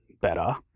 better